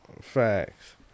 Facts